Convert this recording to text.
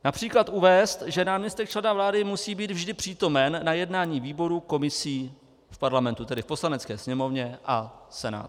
Například uvést, že náměstek člena vlády musí být vždy přítomen na jednání výborů, komisí v Parlamentu, tedy v Poslanecké sněmovně a v Senátu.